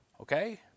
Okay